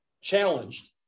challenged